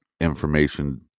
information